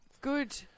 Good